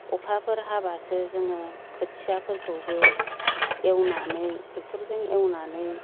अखाफोर हाब्लासो जोङो खोथियाफोरखौबो एवनानै ट्रेक्टरजों एवनानै